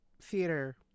theater